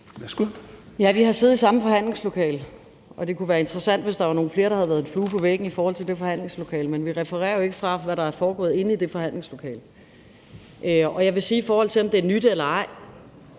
Ja, vi har siddet i samme forhandlingslokale, og det kunne være interessant, hvis der var nogle flere, der havde været en flue på væggen i det forhandlingslokale, men vi refererer jo ikke, hvad der er foregået inde i det forhandlingslokale. Jeg vil sige, i forhold til om det er nyt eller ej,